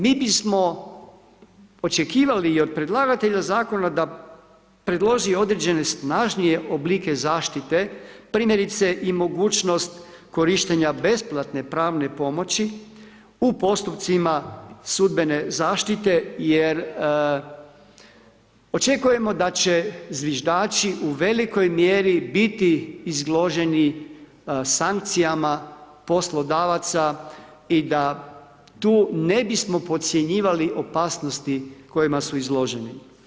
Mi bismo očekivali i od predlagatelja Zakona da predloži određene snažnije oblike zaštite, primjerice, i mogućnost korištenja besplatne pravne pomoći u postupcima sudbene zaštite jer očekujemo da će zviždači u velikoj mjeri biti izloženi sankcijama poslodavaca i da tu ne bismo podcjenjivali opasnosti kojima su izloženi.